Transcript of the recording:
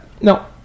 no